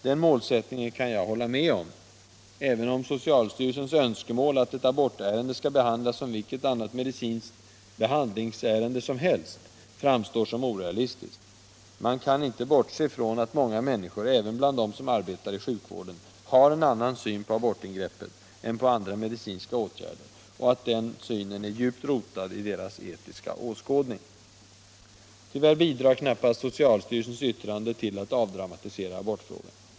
Den målsättningen kan jag hålla med om, även om socialstyrelsens önskemål, att ett abortärende skall behandlas som vilket annat medicinskt behandlingsärende som helst, framstår som orealistiskt. Man kan inte bortse från att många människor, även bland dem som arbetar i sjukvården, har en annan syn på abortingreppet än på andra medicinska åtgärder och att denna syn är djupt rotad i deras etiska åskådning. Tyvärr bidrar knappast socialstyrelsens yttrande till att avdramatisera abortfrågan.